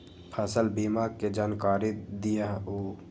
फसल बीमा के जानकारी दिअऊ?